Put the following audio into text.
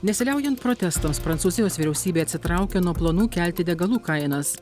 nesiliaujant protestams prancūzijos vyriausybė atsitraukia nuo planų kelti degalų kainas